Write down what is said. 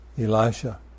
Elisha